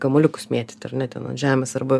kamuoliukus mėtyti ar ne ten ant žemės arba